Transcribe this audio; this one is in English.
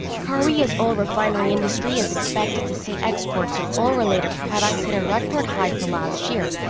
korea's oil refinery industry is expected to see exports of oil-related products hit a record high for last year.